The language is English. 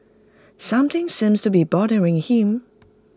something seems to be bothering him